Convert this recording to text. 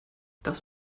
das